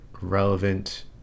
relevant